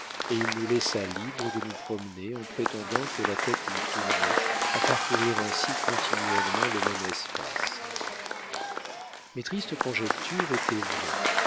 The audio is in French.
et il nous laissa libres de nous promener en prétendant que la tête lui tournait à parcourir ainsi continuellement le même espace mes tristes conjectures étaient vraies